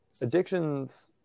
addictions